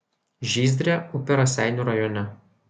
žyzdrė upė raseinių rajone